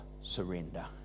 surrender